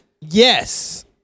Yes